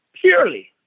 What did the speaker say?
Purely